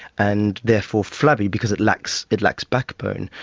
and therefore flabby because it lacks it lacks backbone.